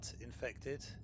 infected